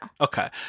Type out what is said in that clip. Okay